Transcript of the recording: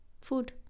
food